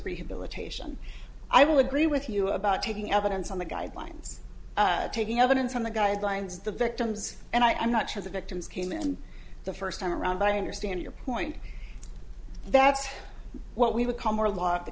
rehabilitation i will agree with you about taking evidence on the guidelines taking evidence from the guidelines the victims and i'm not sure the victims came in the first time around but i understand your point that's what we would c